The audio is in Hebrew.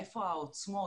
איפה העוצמות,